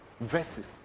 verses